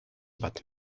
but